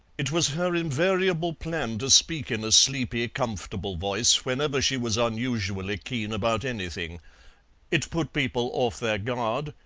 it was her invariable plan to speak in a sleepy, comfortable voice whenever she was unusually keen about anything it put people off their guard,